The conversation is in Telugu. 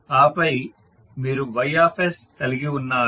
ఆపై మీరు Y కలిగి ఉన్నారు